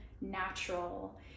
natural